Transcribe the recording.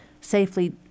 safely